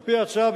על-פי ההצעה,